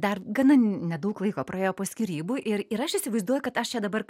dar gana nedaug laiko praėjo po skyrybų ir ir aš įsivaizduoju kad aš čia dabar